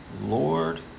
Lord